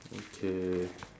okay